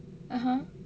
okay